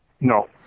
No